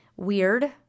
Weird